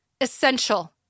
essential